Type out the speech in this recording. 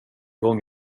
gång